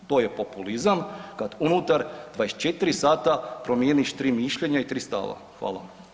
To je populizam kad unutar 24 sata promijeniš 3 mišljenja i 3 stava.